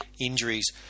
injuries